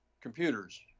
computers